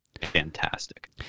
Fantastic